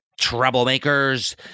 troublemakers